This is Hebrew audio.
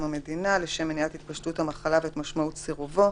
המדינה לשם מניעת התפשטות המחלה ואת משמעות סירובו,